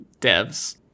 devs